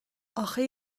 آخه